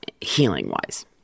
healing-wise